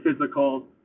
physical